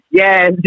yes